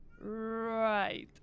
Right